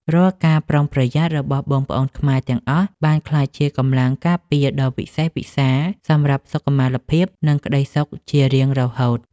រាល់ការប្រុងប្រយ័ត្នរបស់បងប្អូនខ្មែរទាំងអស់ បានក្លាយជាកម្លាំងការពារដ៏វិសេសវិសាលសម្រាប់សុខុមាលភាព និងក្តីសុខជារៀងរហូត។